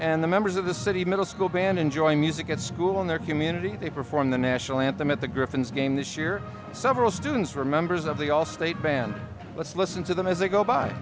and the members of the city middle school band enjoy music at school in their community they perform the national anthem at the griffins game this year several students were members of the all state band let's listen to them as they go by